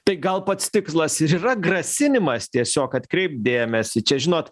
tai gal pats tikslas ir yra grasinimas tiesiog atkreipt dėmesį čia žinot